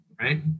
right